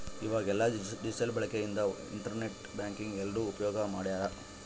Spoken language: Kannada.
ಈವಾಗ ಎಲ್ಲ ಡಿಜಿಟಲ್ ಬಳಕೆ ಇಂದ ಇಂಟರ್ ನೆಟ್ ಬ್ಯಾಂಕಿಂಗ್ ಎಲ್ರೂ ಉಪ್ಯೋಗ್ ಮಾಡ್ತಾರ